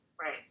Right